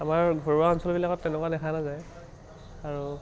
আমাৰ ঘৰুৱা অঞ্চলবিলাকত তেনেকুৱা দেখা নাযায় আৰু